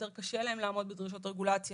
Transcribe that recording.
יותר קשה להם לעמוד בדרישות הרגולציה.